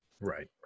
Right